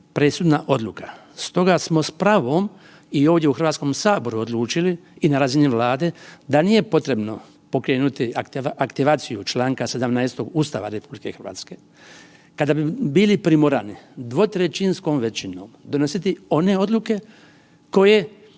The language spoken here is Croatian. presudna odluka. Stoga smo s pravom i ovdje u Hrvatskom saboru odlučili i na razini Vlade da nije potrebno pokrenuti aktivaciju čl. 17. Ustava RH. Kada bi bili primorani dvotrećinskom većinom donositi one odluke koje